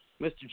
Mr